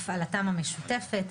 הפעלתם המשותפת,